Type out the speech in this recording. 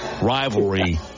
rivalry